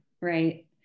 Right